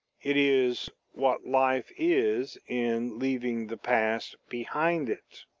it is what life is in leaving the past behind it.